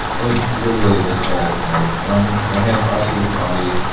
and it's literally this whole, you know one one hand crosses the body.